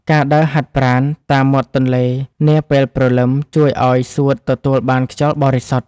ការដើរហាត់ប្រាណតាមមាត់ទន្លេនាពេលព្រលឹម ជួយឱ្យសួតទទួលបានខ្យល់បរិសុទ្ធ។